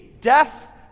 Death